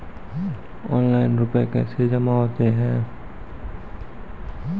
Online रुपये कैसे जमा होता हैं?